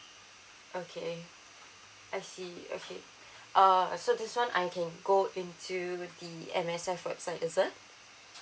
okay I see okay uh so this one I can go into the M_S_F website is it